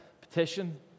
petition